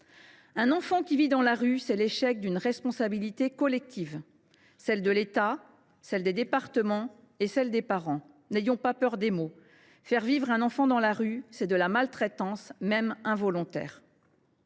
Un enfant qui vit dans la rue, c’est l’échec d’une responsabilité collective : celle de l’État, celle des départements et celle des parents. N’ayons pas peur des mots : faire vivre son enfant dans la rue, c’est de la maltraitance, même involontaire.